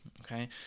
okay